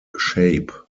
shape